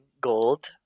gold